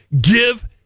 Give